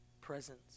presence